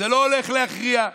זה לא הולך להכריע.